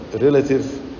relative